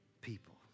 People